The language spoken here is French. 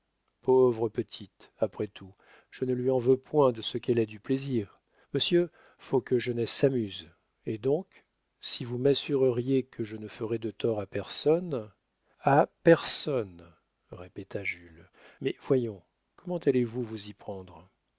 pauvre petite après tout je ne lui en veux point de ce qu'elle a du plaisir monsieur faut que jeunesse s'amuse et donc si vous m'assureriez que je ne ferai de tort à personne a personne répéta jules mais voyons comment allez-vous vous y prendre